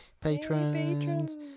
patrons